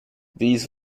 these